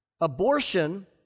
Abortion